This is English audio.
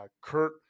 kurt